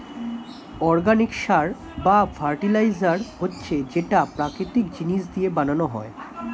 organic সার বা fertiliser হচ্ছে যেটা প্রাকৃতিক জিনিস দিয়ে বানানো হয়